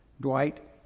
Dwight